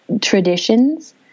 traditions